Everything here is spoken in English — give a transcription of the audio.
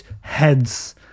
heads